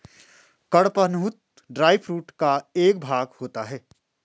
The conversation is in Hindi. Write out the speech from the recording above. कड़पहनुत ड्राई फूड का एक भाग होता है